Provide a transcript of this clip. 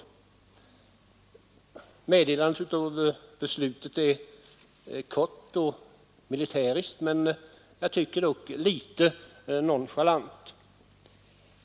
Meddelandet om beslutet är kort och militäriskt, men jag tycker det även är litet nonchalant.